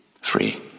Free